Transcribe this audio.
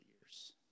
years